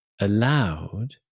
allowed